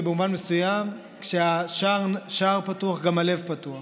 ובמובן מסוים כשהשער פתוח גם הלב פתוח.